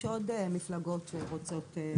יש עוד מפלגות שרוצות לשרת את כולם.